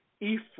Ephraim